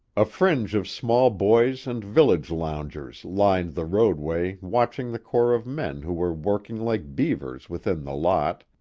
a fringe of small boys and village loungers lined the roadway watching the corps of men who were working like beavers within the lot,